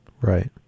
Right